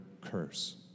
curse